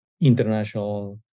international